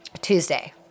Tuesday